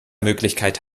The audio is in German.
möglichkeit